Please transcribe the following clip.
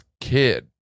kid